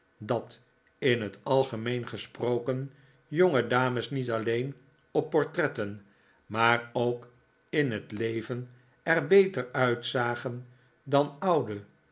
dat in het algemeen gesproken jongedames niet alleen op portretten maar ook in het leven er beter uitzagen dan oude